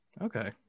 Okay